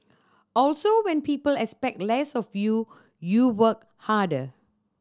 also when people expect less of you you work harder